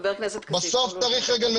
חבר הכנסת כסיף, תן לו לדבר.